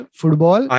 football